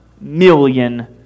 million